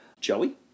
Joey